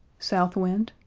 south wind,